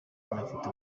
anafite